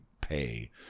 pay